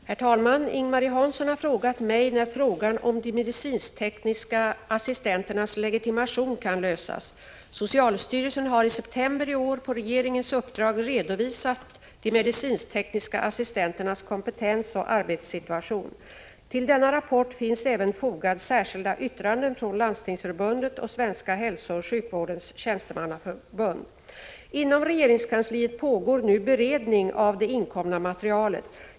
Herr talman! Ing-Marie Hansson har frågat mig när frågan om de medicinsk-tekniska assistenternas legitimation kan lösas. Socialstyrelsen har i september i år på regeringens uppdrag redovisat de medicinsk-tekniska assistenternas kompetens och arbetssituation. Till denna rapport finns även fogad särskilda yttranden från Landstingsförbundet och Svenska hälsooch sjukvårdens tjänstemannaförbund. Inom regeringskansliet pågår nu beredning av det inkomna materialet.